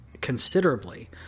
considerably